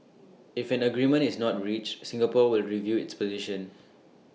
if an agreement is not reached Singapore will review its position